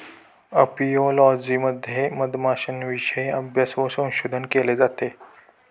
apiology मध्ये मधमाश्यांविषयी अभ्यास व संशोधन केले जाते